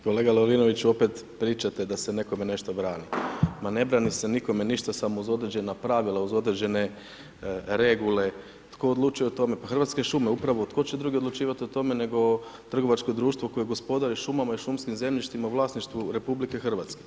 Kolega Lovrinoviću opet pričate da se nekome nešto brani, ma ne brani se nikome ništa samo uz određena pravila, uz određene regule, pa tko odlučuje o tome pa Hrvatske šume, pa tko će drugi odlučivat o tome nego trgovačko društvo koje gospodari šumama i šumskim zemljištima u vlasništvu RH.